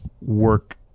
work